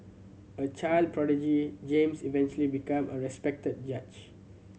a child prodigy James eventually become a respected judge